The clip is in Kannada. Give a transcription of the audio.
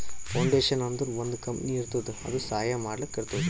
ಫೌಂಡೇಶನ್ ಅಂದುರ್ ಒಂದ್ ಕಂಪನಿ ಇರ್ತುದ್ ಅದು ಸಹಾಯ ಮಾಡ್ಲಕ್ ಇರ್ತುದ್